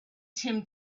tim